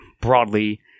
broadly